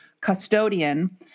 custodian